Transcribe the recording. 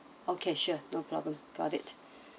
okay sure no problem got it